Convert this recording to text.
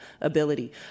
ability